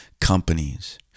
companies